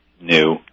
new